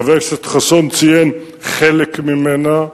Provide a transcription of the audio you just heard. חבר הכנסת חסון ציין חלק ממנה.